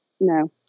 No